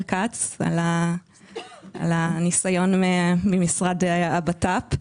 כץ על הניסיון מהמשרד לביטחון הפנים.